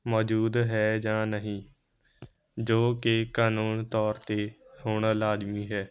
ਮੌਜੂਦ ਹੈ ਜਾਂ ਨਹੀਂ ਜੋ ਕਿ ਕਾਨੂੰਨ ਤੌਰ 'ਤੇ ਹੋਣਾ ਲਾਜ਼ਮੀ ਹੈ